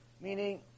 Meaning